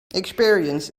experience